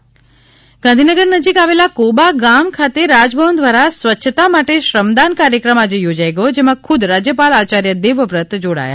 રાજયપાલ સફાઇ શ્રમદાન ગાંધીનગર નજીક આવેલા કોબા ગામ ખાતે રાજભવન દ્વારા સ્વચ્છતા માટે શ્રમદાન કાર્યક્રમ આજે યોજાયઇ ગયો જેમાં ખુદ રાજયપાલ આચાર્ચ દેવવ્રત જોડાયા હતા